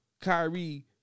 Kyrie